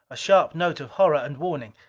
a sharp note of horror and warning.